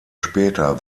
später